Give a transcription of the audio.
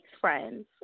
friends